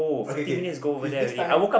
okay K if next time